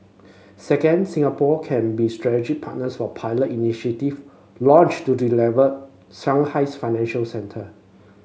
second Singapore can be strategic partner for pilot initiative launched to develop Shanghai's financial centre